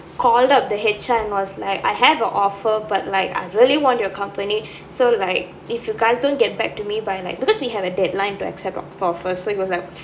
called up the H_R and was like I have a offer but like I really want your company so like if you guys don't get back to me by like because we have a deadline to accept the offer so he was like